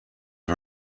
are